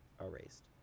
erased